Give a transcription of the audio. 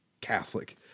Catholic